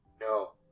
No